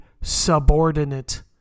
subordinate